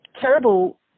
terrible